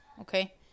okay